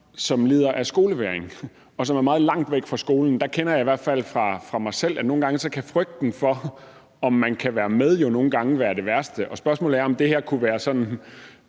som lider af skolevægring og er meget langt væk fra skolen – jeg kender i hvert fald fra mig selv, at frygten for, om man kan være med, nogle gange kan være det værste – om det her også kunne være et